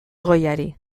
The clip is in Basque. goiari